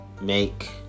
make